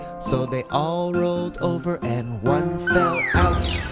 so they all rolled over and one fell out.